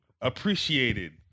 appreciated